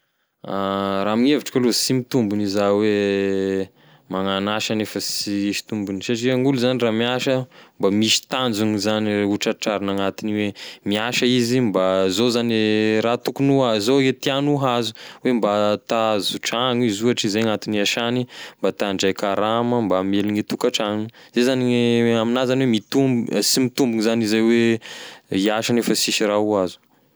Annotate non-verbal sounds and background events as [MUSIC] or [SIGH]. [HESITATION] Raha amign'evitriko aloha sy mitombony iza hoe magnano asa nefa sisy tombony, satria gn'olo zany raha miasa da misy tanzony zany hotratrariny agnatign'ny hoe miasa izy mba zao zany e raha tokony ho azo, zao gne tiàno ho azo, mba ta ahazo tragno izy ohatry zay no antogny hiasany mba ta handray karama mba ta hamelony e tokantragno, zay zany gne aminah zany hoe mitombi- sy mitombony zany izay hoe hiasa nefa sy*isy raha ho azo.